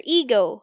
ego